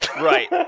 Right